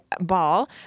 ball